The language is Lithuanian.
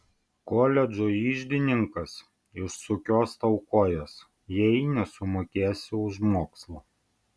koledžo iždininkas išsukios tau kojas jei nesumokėsi už mokslą